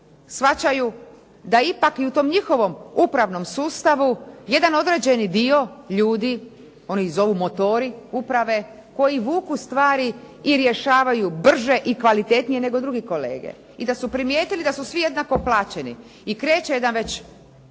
shvaćaju da ipak i u tom njihovom upravnom sustavu jedan određeni dio ljudi, oni ih zovu motori uprave koji vuku stvari i rješavaju brže i kvalitetnije nego drugi kolege i da su primijetili da su svi jednako plaćeni. I kreće jedan već